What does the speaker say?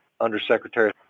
Undersecretary